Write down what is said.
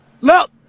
Look